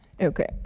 Okay